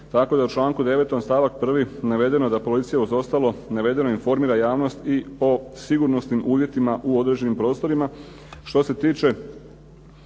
tako da u članku 9. stavku 1. navedeno je da policija uz ostalo navedeno informira javnost i o sigurnosnim uvjetima u određenim prostorima.